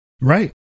Right